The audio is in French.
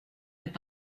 est